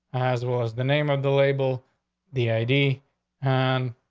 as was the name of the label the i d on.